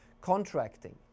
contracting